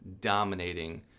dominating